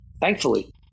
thankfully